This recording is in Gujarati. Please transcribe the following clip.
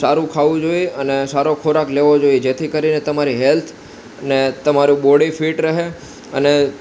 સારું ખાવું જોઈએ અને સારો ખોરાક લેવો જોઈએ જેથી કરીને તમારી હેલ્થ અને તમારું બોડી ફિટ રહે અને